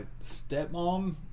stepmom